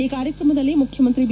ಈ ಕಾರ್ಯಕ್ರಮದಲ್ಲಿ ಮುಖ್ಯಮಂತ್ರಿ ಬಿ